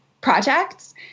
projects